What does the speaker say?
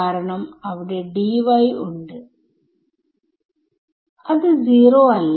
കാരണം അവിടെ Dy ഉണ്ട് അത് 0അല്ല